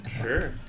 Sure